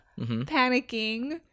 panicking